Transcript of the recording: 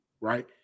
Right